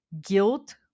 guilt